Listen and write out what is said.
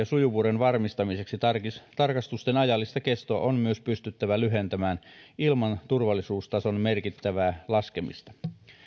sujuvuuden varmistamiseksi myös tarkastusten ajallista kestoa on pystyttävä lyhentämään ilman turvallisuustason merkittävää laskemista